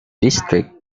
district